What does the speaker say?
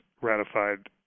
ratified